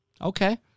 Okay